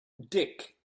dick